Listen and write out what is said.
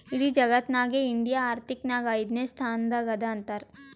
ಇಡಿ ಜಗತ್ನಾಗೆ ಇಂಡಿಯಾ ಆರ್ಥಿಕ್ ನಾಗ್ ಐಯ್ದನೇ ಸ್ಥಾನ ಅದಾ ಅಂತಾರ್